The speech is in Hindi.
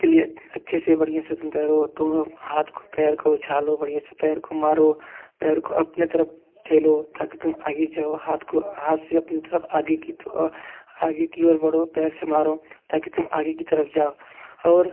इसके लिए अच्छे से बढ़िया से सुंदर हो दोनों हाथ को पैर को उछालो बढ़िया से पैर को मारो पैर को अपनी तरफ ठेलो ताकि तुम आगे जो हाथ को जाओ हाथ से अपनी तरफ आगे की तो आगे की और बढ़ो पैर से मारो ताकि तुम आगे की तरफ जाओ और